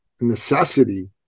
necessity